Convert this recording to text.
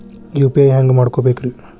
UPI ಹ್ಯಾಂಗ ಮಾಡ್ಕೊಬೇಕ್ರಿ?